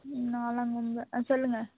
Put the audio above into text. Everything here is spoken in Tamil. ம் நாலா நம்பர் ஆ சொல்லுங்கள்